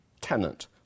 tenant